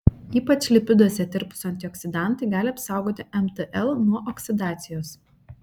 ypač lipiduose tirpūs antioksidantai gali apsaugoti mtl nuo oksidacijos